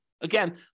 Again